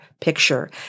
picture